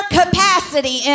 capacity